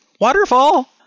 waterfall